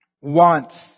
wants